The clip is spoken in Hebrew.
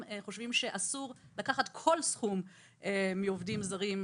חושבים שאסור לקחת כל סכום מעובדים זרים,